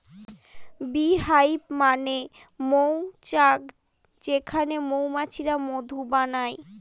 bee hive মানে মৌচাক যেখানে মৌমাছিরা মধু বানায়